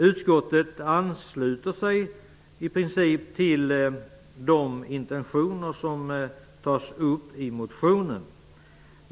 Utskottet ansluter sig i princip till de intentioner som det talas om i motionen.